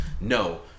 No